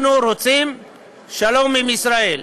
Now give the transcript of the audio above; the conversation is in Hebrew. אנחנו רוצים שלום עם ישראל.